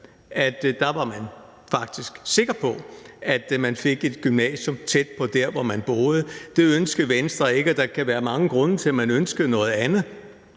i sig, at man faktisk var sikker på, at man blev optaget på et gymnasium tæt på dér, hvor man boede. Det ønskede Venstre ikke, og der kan være mange grunde til, at man ønskede noget andet.